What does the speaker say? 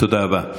תודה רבה.